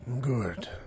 Good